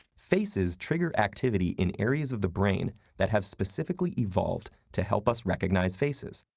faces trigger activity in areas of the brain that have specifically evolved to help us recognize faces.